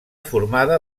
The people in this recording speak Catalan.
formada